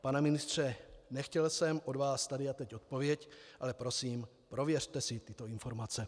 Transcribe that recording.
Pane ministře, nechtěl jsem od vás tady a teď odpověď, ale prosím, prověřte si tyto informace.